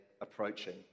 approaching